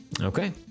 Okay